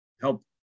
help